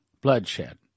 bloodshed